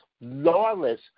lawless